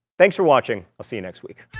thanks for watching. i'll see you next week.